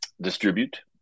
distribute